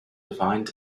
find